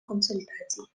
консультацій